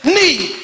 need